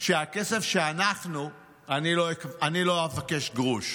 אני לא אבקש גרוש.